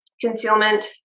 concealment